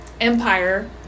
Empire